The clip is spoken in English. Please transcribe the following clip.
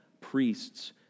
priests